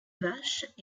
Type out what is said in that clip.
vaches